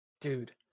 dude